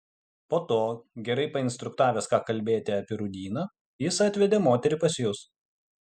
po to gerai painstruktavęs ką kalbėti apie rūdyną jis atvedė moterį pas jus